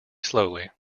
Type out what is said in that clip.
slowly